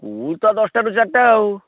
school ତ ଦଶଟାରୁ ଚାରିଟା ଆଉ